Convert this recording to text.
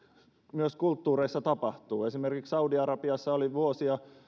myös kulttuureissa tapahtuu esimerkiksi saudi arabiassa oli vuosia